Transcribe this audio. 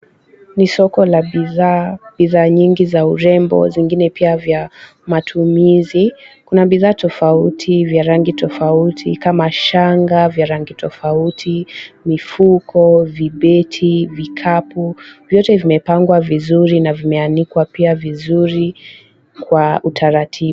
Ni soko la bidhaa, bidhaa nyingi za urembo, zingine pia vya matumizi. Kuna bidhaa tofauti vya rangi tofauti kama shanga, vya rangi tofauti mifuko, vibeti, vikapu, vyote vimepangwa vizuri na vimeanikwa pia vizuri kwa utaratibu.